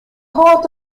hâldt